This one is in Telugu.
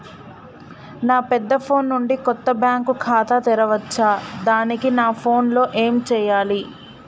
నా పెద్ద ఫోన్ నుండి కొత్త బ్యాంక్ ఖాతా తెరవచ్చా? దానికి నా ఫోన్ లో ఏం చేయాలి?